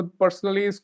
personally